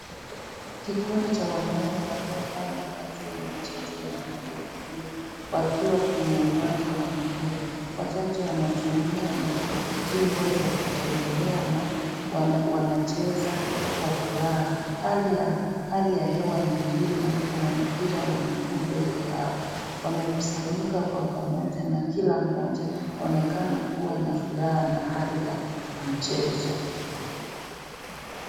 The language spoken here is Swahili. Kikundi cha wanaume waliovaa mavazi ya michezo ya rangi ya (cs) blue (cs), wakiwa kwenye uwanja wa mpira, wachache wanatumia mi, fimbo za kutembelea na, wanacheza kwa furaha, hali ya, hali ya hewa ni nzuri na kuna mpira wa miguu mbele yao, wamekusa kwa pamoja na kila moja anaonekana kuwa nafuraha na ari ya, mchezo.